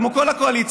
כמו כל הקואליציה,